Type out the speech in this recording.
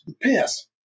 piss